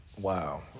Wow